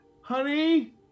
honey